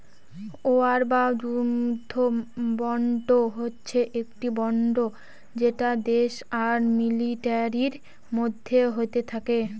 war বা যুদ্ধ bond হচ্ছে একটি বন্ড যেটা দেশ আর মিলিটারির মধ্যে হয়ে থাকে